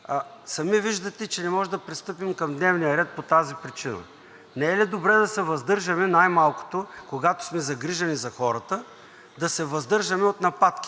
Сами виждате, че не можем да пристъпим към дневния ред по тази причина. Не е ли добре да се въздържаме – най-малкото, когато сме загрижени за хората – да се въздържаме от нападки